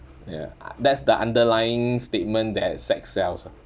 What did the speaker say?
ya that's the underlying statement that sex sells ah